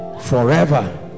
forever